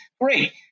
great